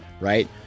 right